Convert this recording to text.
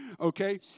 Okay